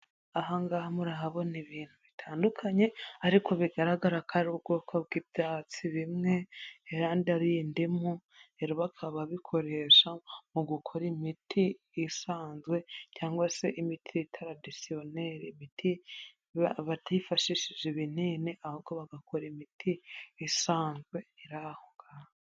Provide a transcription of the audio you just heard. Aha ngaha muhabona ibintu bitandukanye ariko bigaragara ko ari ubwoko bw'ibyatsi bimwe, iruhande ari indimu, bikaba bikoresha mu gukora imiti isanzwe cyangwa se imiti itadisiyoneri, batifashishije ibinini, ahubwo bagakora imiti isanzwe iri aho ngaho.